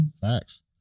facts